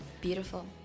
beautiful